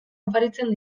oparitzen